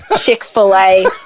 Chick-fil-A